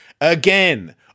again